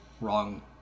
wrong